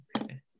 Okay